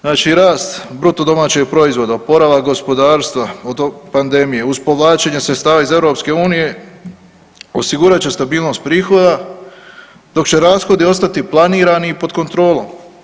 Znači rast BDP-a, oporavak gospodarstva od pandemije uz povlačenje sredstava iz EU osigurat će stabilnost prihoda dok će rashodi ostati planirani i pod kontrolom.